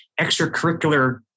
extracurricular